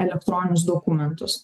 elektroninius dokumentus